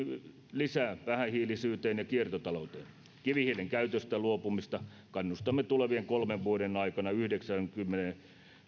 lisää vähähiilisyyteen ja kiertotalouteen kivihiilen käytöstä luopumista kannustamme tulevien kolmen vuoden aikana yhdeksänkymmenen